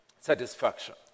Satisfaction